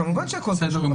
כמובן שהכול קשור,